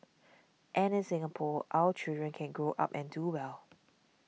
and in Singapore our children can grow up and do well